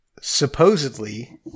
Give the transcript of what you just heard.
supposedly